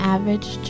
Average